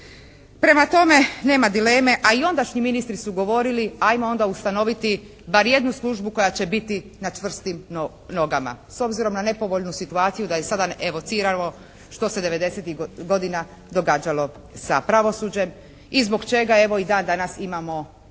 Prema tome, nema dileme a i ondašnji ministri su govorili hajmo onda ustanoviti bar jednu službu koja će biti na čvrstim nogama s obzirom na nepovoljnu situaciju da je sada evociralo što se devedesetih godina događalo sa pravosuđem i zbog čega evo i dan danas imamo problema